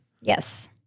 Yes